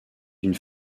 d’une